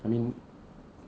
I mean